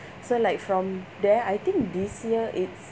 so like from there I think this year it's